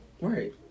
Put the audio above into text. Right